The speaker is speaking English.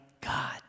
God